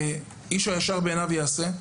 איש הישר בעיניו יעשה.